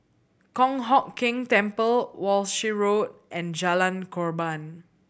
Kong Hock Keng Temple Walshe Road and Jalan Korban